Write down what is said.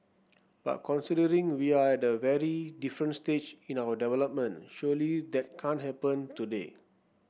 but considering we are at a very different stage in our development surely that can't happen today